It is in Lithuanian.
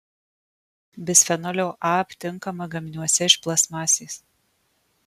bisfenolio a aptinkama gaminiuose iš plastmasės